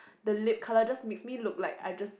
the lip colour just makes me look like I just